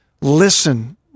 listen